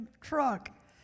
truck